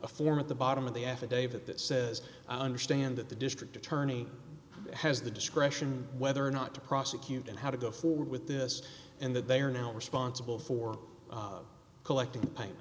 a form at the bottom of the affidavit that says i understand that the district attorney has the discretion whether or not to prosecute and how to go forward with this and that they are now responsible for collecting paying